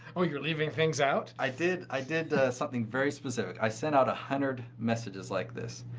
oh you're leaving things out. i did i did something very specific. i sent out a hundred messages like this.